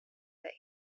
that